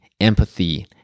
empathy